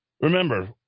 remember